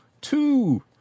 two